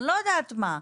אני לא יודעת מה.